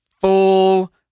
full